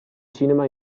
cinema